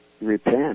Repent